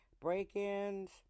break-ins